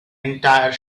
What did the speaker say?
entire